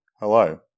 Hello